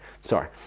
sorry